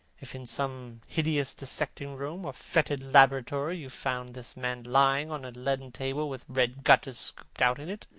if in some hideous dissecting-room or fetid laboratory you found this man lying on a leaden table with red gutters scooped out in it